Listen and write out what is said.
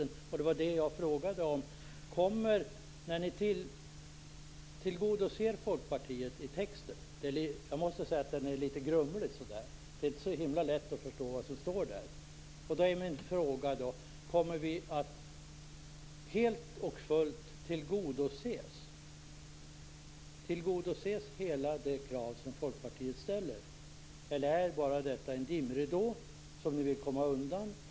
Ni skriver i texten att Folkpartiet tillgodoses - texten är faktiskt litet grumlig, och det är inte så himla lätt att förstå vad som sägs. Innebär det ni skriver att hela det krav som Folkpartiet ställer kommer att tillgodoses, eller är detta bara en dimridå ni lägger ut för att komma undan?